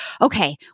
okay